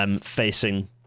facing